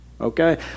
Okay